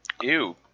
Ew